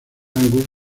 angus